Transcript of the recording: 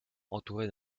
entourée